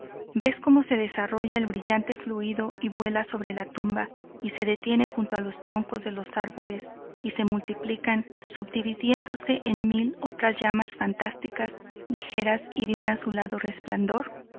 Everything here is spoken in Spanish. ves como se desarrolla el brillante fluido y vuela sobre la tumba y se detiene junto a los troncos de los arboles y se multiplican subdividiéndose en mil otras llamas fantásticas ligeras y de un azulado resplandor